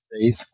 faith